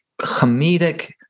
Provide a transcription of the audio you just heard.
comedic